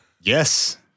Yes